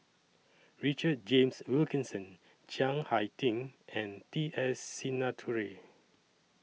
Richard James Wilkinson Chiang Hai Ding and T S Sinnathuray